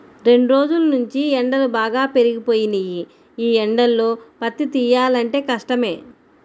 రెండ్రోజుల్నుంచీ ఎండలు బాగా పెరిగిపోయినియ్యి, యీ ఎండల్లో పత్తి తియ్యాలంటే కష్టమే